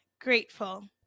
grateful